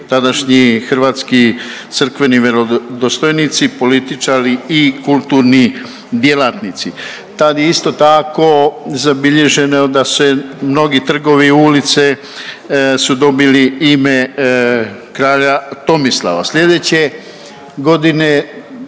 hrvatski crkveni vjerodostojnici, političari i kulturni djelatnici. Tad je isto tako zabilježeno da se mnogi trgovi i ulice su dobili ime kralja Tomislava.